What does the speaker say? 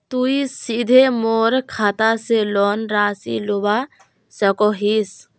तुई सीधे मोर खाता से लोन राशि लुबा सकोहिस?